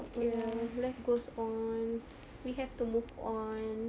ya life goes on we have to move on